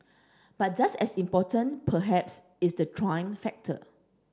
but just as important perhaps is the Trump factor